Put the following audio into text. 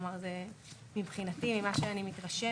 כלומר מבחינתי זה ממה שאני מתרשמת.